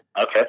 Okay